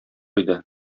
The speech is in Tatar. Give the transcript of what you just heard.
иде